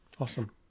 awesome